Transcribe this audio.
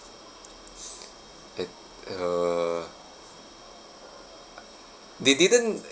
at err they didn't